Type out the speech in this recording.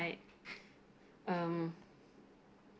right um